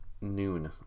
noon